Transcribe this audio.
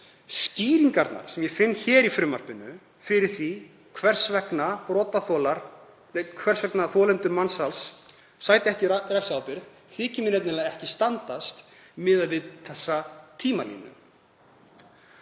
Skýringarnar sem ég finn í frumvarpinu fyrir því hvers vegna þolendur mansals sæti ekki refsiábyrgð þykir mér nefnilega ekki standast miðað við þessa tímalínu.